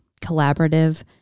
collaborative